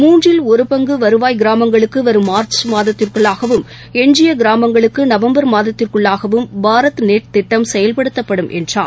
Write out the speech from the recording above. மூன்றில் ஒருபங்குவருவாய் கிராமங்களுக்குவரும் மார்ச் மாதத்திற்குள்ளாகவும் எஞ்சியகிராமங்களுக்குநவம்பர் மாதத்திற்குள்ளாகவும் பாரத் நெட் திட்டம் செயல்படுத்தப்படும் என்றார்